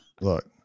Look